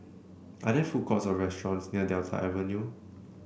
are there food courts or restaurants near Delta Avenue